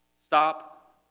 Stop